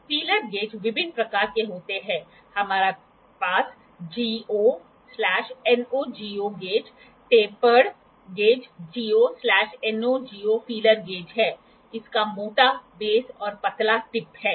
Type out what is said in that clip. feeler gauge विभिन्न प्रकार के होते हैं हमारे पास GO NO GO gauge tapered गेजGO NO GO फीलर गेज है इसका मोटा बेस और पतला टिप है